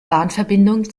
bahnverbindung